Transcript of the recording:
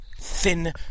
thin